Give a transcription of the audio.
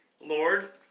Lord